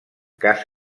cas